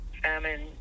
Famine